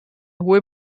hohe